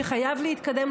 שחייב להתקדם,